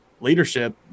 leadership